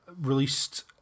released